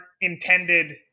intended